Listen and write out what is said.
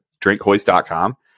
drinkhoist.com